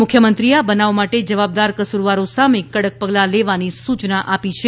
મુખ્યમંત્રીએ આ બનાવ માટે જવાબદાર કસૂરવારો સામે કડક પગલાં લેવાની સૂચના આપી છે